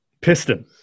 Piston